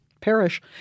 perish